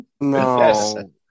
no